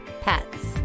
pets